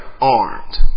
armed